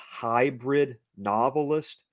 hybridnovelist